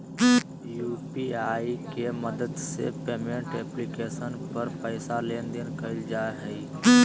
UPI के मदद से पेमेंट एप्लीकेशन पर पैसा लेन देन कइल जा हइ